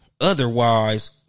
otherwise